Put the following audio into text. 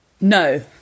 no